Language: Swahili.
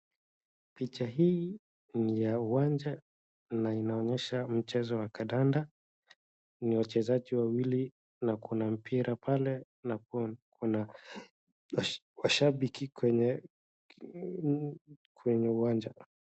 Picha hii ni ya uwanja na inaonyesha mchezo wa kandanda. Ni wachezaji wawili na kuna mpira pale na kuna washambiki kwenye uwanja.